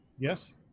Yes